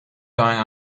going